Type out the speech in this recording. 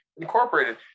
incorporated